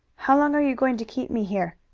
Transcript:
how long are you going to keep me here?